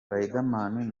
riderman